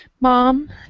Mom